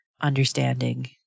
understanding